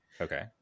okay